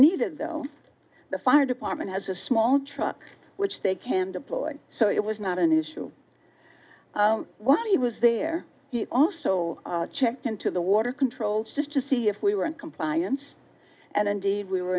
needed though the fire department has a small truck which they can deploy so it was not an issue while he was there he also checked into the water controls just to see if we were in compliance and indeed we were